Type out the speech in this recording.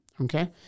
okay